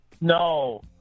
No